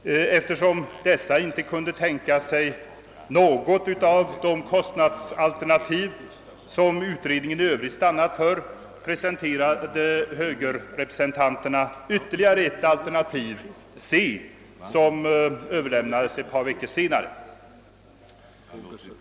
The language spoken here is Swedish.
Eftersom dessa inte kunde tänka sig acceptera något av de kostnadsalternativ som utredningen i övrigt stannat vid presenterade de ytterligare ett alternativ, benämnt C, som överlämnades till överbefälhavaren ett par veckor senare.